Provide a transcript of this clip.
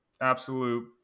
absolute